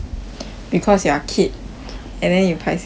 because you are kid and then you paiseh talk to people